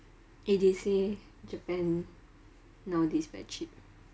eh they say japan nowadays very cheap